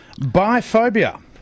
biphobia